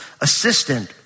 assistant